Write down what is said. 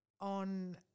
On